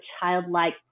childlike